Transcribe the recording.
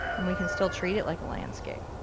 and we can still treat it like a landscape.